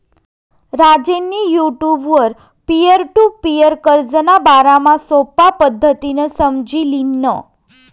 राजेंनी युटुबवर peer to peer कर्जना बारामा सोपा पद्धतीनं समझी ल्हिनं